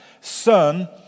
Son